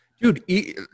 Dude